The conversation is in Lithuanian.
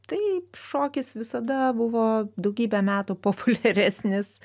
taip šokis visada buvo daugybę metų populiaresnis